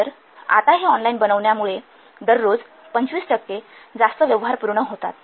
तर आता हे ऑनलाईन बनवण्यामुळे दररोज २५ टक्के जास्त व्यवहार पूर्ण होतात